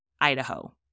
Idaho